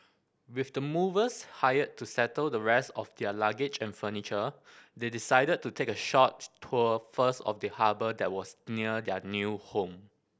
with the movers hired to settle the rest of their luggage and furniture they decided to take a short tour first of the harbour that was near their new home